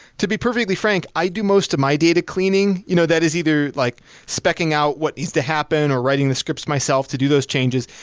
to be perfectly frank, i do most of my data cleaning. you know that is either like specking out what needs to happen or writing the script myself to do those changes,